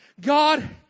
God